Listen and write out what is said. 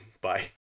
bye